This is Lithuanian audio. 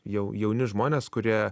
jau jauni žmonės kurie